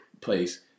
place